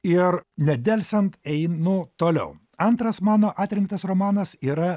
ir nedelsiant einu toliau antras mano atrinktas romanas yra